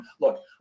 look